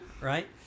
right